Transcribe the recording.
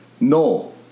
No